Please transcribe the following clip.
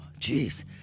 Jeez